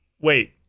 wait